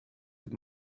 with